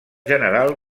general